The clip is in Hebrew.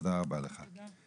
תודה רבה לך.